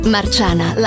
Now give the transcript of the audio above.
Marciana